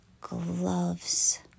gloves